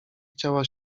chciała